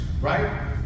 Right